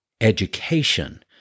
education